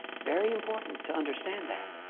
very important to understand that.